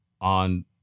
on